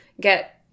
get